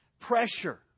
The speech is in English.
pressure